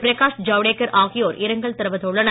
பிரகாஷ் ஜவ்டேக்கர் ஆகியோர் இரங்கல் தெரிவித்துள்ளனர்